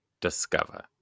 discover